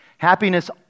Happiness